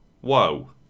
Whoa